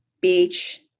beach